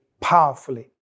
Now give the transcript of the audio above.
powerfully